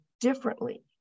differently